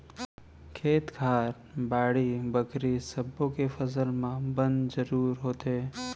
खेत खार, बाड़ी बखरी सब्बो के फसल म बन जरूर होथे